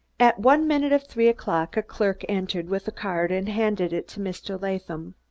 at one minute of three o'clock a clerk entered with a card, and handed it to mr. latham.